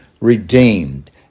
redeemed